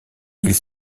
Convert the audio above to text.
ils